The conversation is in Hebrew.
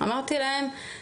אמרתי להם,